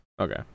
Okay